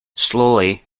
slowly